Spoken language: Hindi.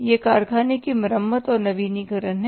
यह कारखाने की मरम्मत और नवीनीकरण है